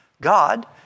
God